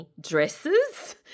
dresses